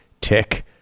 tick